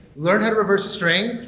learn how to reverse a string,